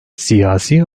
siyasi